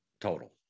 total